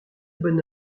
bonne